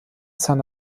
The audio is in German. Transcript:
san